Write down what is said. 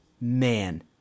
Man